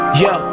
yo